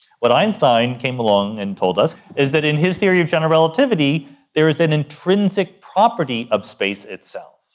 what einstein came along and told us is that in his theory of general relativity there is an intrinsic property of space itself,